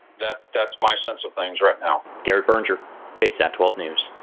that's that's my sense of things right now. garrett brnger ksat twelve news.